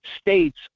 states